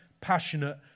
passionate